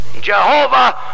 Jehovah